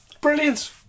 Brilliant